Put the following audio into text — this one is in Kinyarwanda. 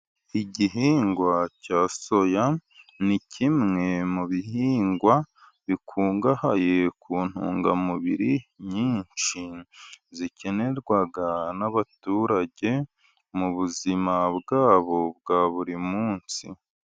Igihingwa cya soya ni kimwe mu bihingwa bikungahaye, ku ntungamubiri nyinshi zikenerwa n' abaturage mu buzima bwabo bwa buri munsi.